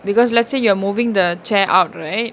because let's say you are moving the chair out right